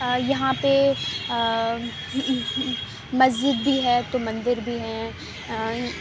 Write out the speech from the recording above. یہاں پہ مسجد بھی ہے تو مندر بھی ہیں